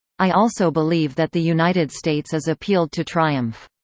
i also believe that the united states is appealed to triumph.